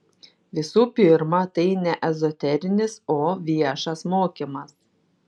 visų pirma tai ne ezoterinis o viešas mokymas